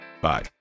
Bye